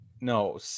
No